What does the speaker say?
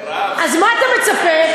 אז מה אתה מצפה,